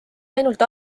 ainult